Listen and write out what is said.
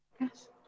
Yes